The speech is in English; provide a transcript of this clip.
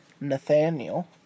Nathaniel